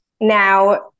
now